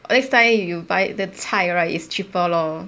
the next time you buy the 菜 right is cheaper lor